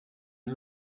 and